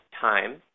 Time